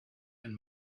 and